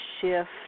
shift